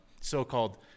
so-called